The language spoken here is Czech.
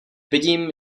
vidím